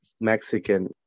Mexican